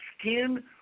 skin